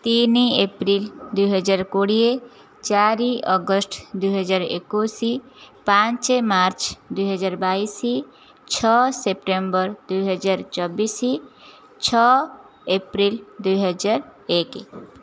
ତିନି ଏପ୍ରିଲ୍ ଦୁଇହଜାର କୋଡ଼ିଏ ଚାରି ଅଗଷ୍ଟ ଦୁଇହଜାର ଏକୋଇଶ ପାଞ୍ଚ ମାର୍ଚ୍ଚ ଦୁଇହଜାର ବାଇଶ ଛଅ ସେପ୍ଟେମ୍ବର ଦୁଇହଜାର ଚବିଶ ଛଅ ଏପ୍ରିଲ୍ ଦୁଇହଜାର ଏକ